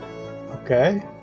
Okay